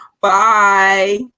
Bye